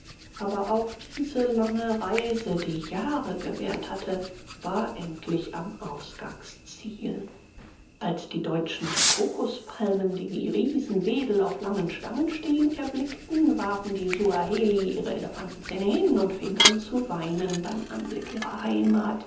aber auch diese lange reise die jahre gewährt hatte war endlich am ausgangsziel als die deutschen die kokospalmen die wie riesenwedel auf langen stangen stehen erblickten warfen die suaheli ihre elefantenzähne hin und fingen an zu weinen beim anblick ihrer heimat